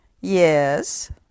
Yes